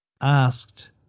asked